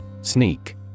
Sneak